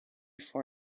for